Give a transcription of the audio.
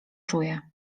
czuję